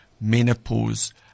menopause